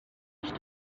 ich